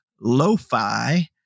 Lo-Fi